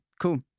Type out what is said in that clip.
cool